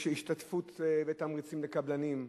יש השתתפות ותמריצים לקבלנים,